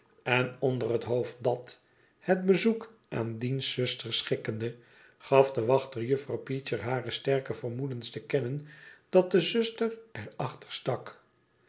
en onder het hoofd dat het bezoek aan diens zuster schikkende gaf de wachter juffrouw peecher hare sterke vermoedens te kennen dat de zuster er achter stak